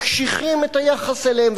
מקשיחים את היחס אליהם.